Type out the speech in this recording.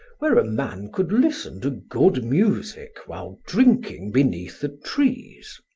where a man could listen to good music while drinking beneath the trees.